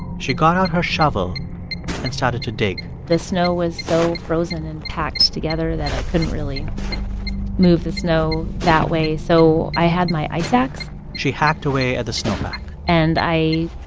she got out her shovel and started to dig the snow was so frozen and packed together that i couldn't really move the snow that way. so i had my ice axe she hacked away at the um ah and i